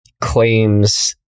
claims